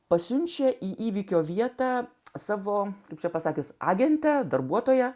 pasiunčia į įvykio vietą savo kaip čia pasakius agentę darbuotoją